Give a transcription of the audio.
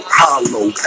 hollow